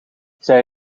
zij